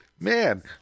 Man